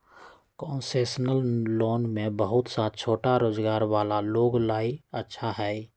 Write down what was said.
concessional loan में बहुत सा छोटा रोजगार वाला लोग ला ई अच्छा हई